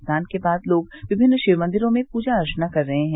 स्नान के बाद लोग विभिन्न शिव मंदिरों में पूजा अर्चना कर रहे हैं